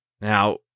Now